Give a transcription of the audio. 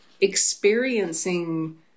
experiencing